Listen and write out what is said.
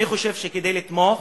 אני חושב שכדי לתמוך